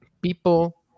people